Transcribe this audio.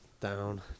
down